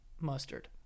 Mustard